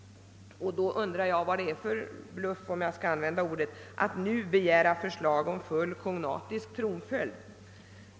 Då undrar jag vad det är för bluff — om jag får använda det ordet — att nu begära förslag om fullt kognatisk tronföljd.